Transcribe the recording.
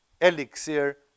elixir